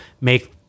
make